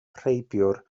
rheibiwr